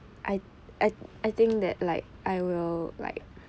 I I I think that like I will like